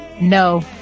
no